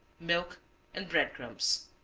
milk and bread crumbs.